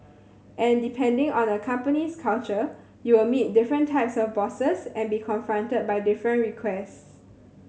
and depending on a company's culture you will meet different types of bosses and be confronted by different requests